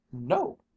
No